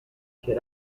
get